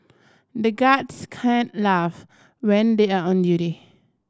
the guards can't laugh when they are on duty